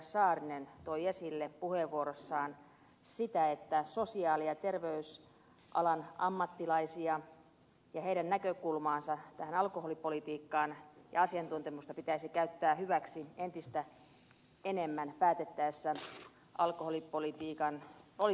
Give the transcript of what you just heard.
saarinen toi esille puheenvuorossaan sitä että sosiaali ja terveysalan ammattilaisten näkökulmaa ja asiantuntemusta alkoholipolitiikassa pitäisi käyttää hyväksi entistä enemmän päätettäessä alkoholipolitiikasta ja sen suunnasta